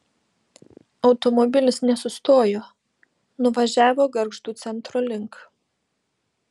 automobilis nesustojo nuvažiavo gargždų centro link